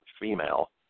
female